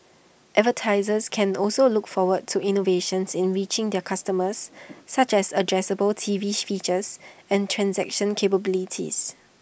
advertisers can also look forward to innovations in reaching their customers such as addressable T V features and transaction capabilities